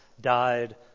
died